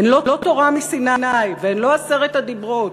הן לא תורה מסיני והן לא עשרת הדיברות,